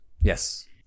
Yes